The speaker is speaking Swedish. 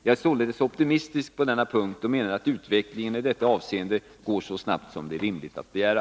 Jag är således optimistisk på denna punkt och menar att utvecklingen i detta avseende går så snabbt som det är rimligt att begära.